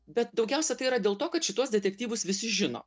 bet daugiausia tai yra dėl to kad šituos detektyvus visi žino